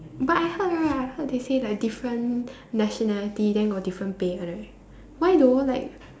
but I heard right I heard they say like different nationality then got different pay one right why though like